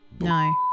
No